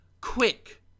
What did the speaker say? quick